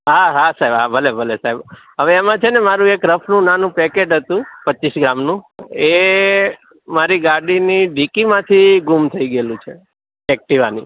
હા હા સાહેબ હા ભલે ભલે સાહેબ હવે આમાં છેને મારું એક રફનું નાનું પેકેટ હતું પચીસ ગ્રામનું એ મારી ગાડીની ડેકી માંથી ગુમ થઈ ગયેલું છુ એક્ટિવાની